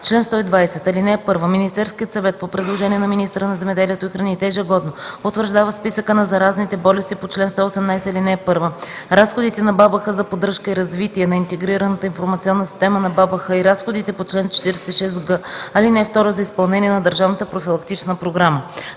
„Чл. 120. (1) Министерският съвет по предложение на министъра на земеделието и храните ежегодно утвърждава списъка на заразните болести по чл. 118, ал. 1, разходите на БАБХ за поддръжка и развитие на Интегрираната информационна система на БАБХ и разходите по чл. 46г, ал. 2 за изпълнение на държавната профилактична програма.